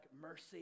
mercy